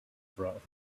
brought